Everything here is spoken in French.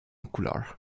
couleur